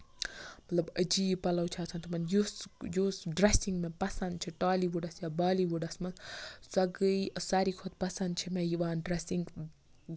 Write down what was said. مطلب عجیٖب پَلو چھِ آسان تمَن یُس یُس ڈریسِنگ مےٚ پَسند چھِ ٹالی وُڈَس منٛز یا بالی وُڈَس منٛز ۄ گٔے ساروی کھوتہٕ یِوان چھےٚ مےٚ پَسند ڈریسِنگ